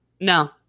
No